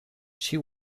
she